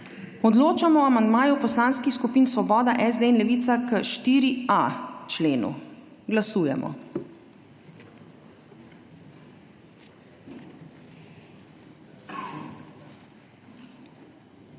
odločanje o amandmaju poslanskih skupin Svoboda, SD in Levica k 4. členu. Glasujemo.